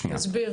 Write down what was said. תסביר.